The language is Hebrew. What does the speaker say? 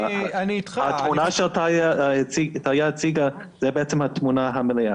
התמונה שטליה הציגה זה בעצם התמונה המלאה